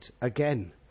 again